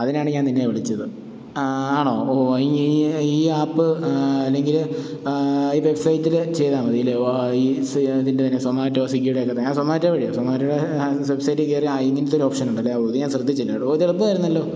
അതിനാണ് ഞാൻ നിന്നെ വിളിച്ചത് ആ ആണോ ഓ ഈ ഈ ആപ്പ് അല്ലെങ്കിൽ ഈ വെബ്സൈറ്റിൽ ചെയ്താൽ മതി അല്ലേ ഓ ഈസി ഇതിൻ്റെ എന്നെ സൊമാറ്റോ സ്വിഗ്ഗീഡെയൊക്കെ തന്നെ സൊമാറ്റോ വഴിയാണ് സൊമാറ്റോ വെബ്സൈറ്റിൽ കയറിയാൽ ആ ഇങ്ങനത്തെ ഒരു ഓപ്ഷൻ ഉണ്ടല്ലേ ഓ ഇത് ഞാൻ ശ്രദ്ധിച്ചില്ല കേട്ടോ ഓ ഇത് എളുപ്പായിരുന്നല്ലോ